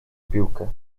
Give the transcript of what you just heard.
piłkę